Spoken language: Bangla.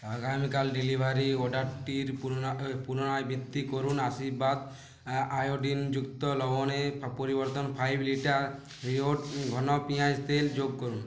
আগামীকাল ডেলিভারি অর্ডারটির পুনরা পুনরাবৃত্তি করুন আশীর্বাদ আয়োডিনযুক্ত লবণের পা পরিবর্তন ফাইভ লিটার বিয়র্ড ঘন পেঁয়াজ তেল যোগ করুন